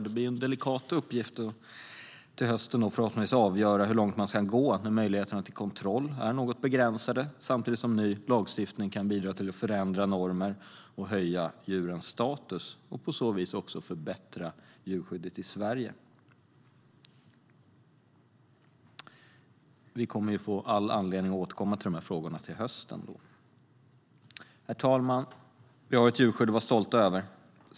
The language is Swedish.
Det blir en delikat uppgift, förhoppningsvis till hösten, att avgöra hur långt man ska gå när möjligheterna till kontroll är något begränsade samtidigt som ny lagstiftning kan bidra till att förändra normer och höja djurens status och på så vis också förbättra djurskyddet i Sverige. Vi kommer att få all anledning att återkomma till dessa frågor till hösten. Herr talman! Vi har ett djurskydd att vara stolta över.